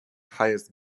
highest